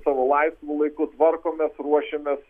savo laisvu laiku tvarkomės ruošiamės